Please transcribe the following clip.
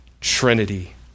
Trinity